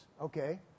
Okay